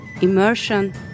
immersion